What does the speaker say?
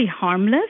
harmless